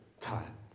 time